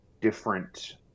different